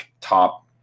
top